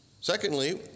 Secondly